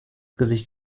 gesicht